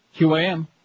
QAM